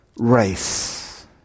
Race